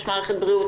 יש את מערכת הבריאות,